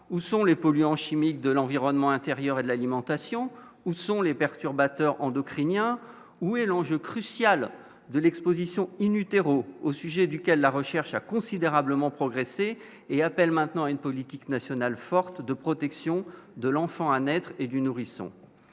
où sont les polluants chimiques de l'environnement intérieur et de l'alimentation, où sont les perturbateurs endocriniens ou longe crucial de l'Exposition, inut Ayrault, au sujet duquel la recherche a considérablement progressé et appelle maintenant une politique nationale forte de protection de l'enfant à naître et du nourrisson,